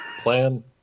plan